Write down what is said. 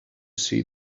see